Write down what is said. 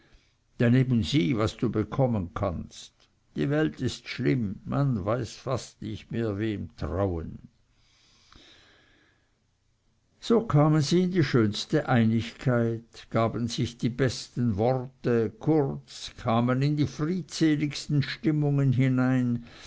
daneben sieh was du bekommen kannst die welt ist schlimm man weiß fast nicht mehr wem trauen so kamen sie in die schönste einigkeit gaben sich die besten worte kurz kamen in die friedseligsten stimmungen hinein